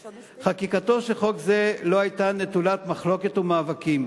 חקיקתו של חוק זה לא היתה נטולת מחלוקת ומאבקים.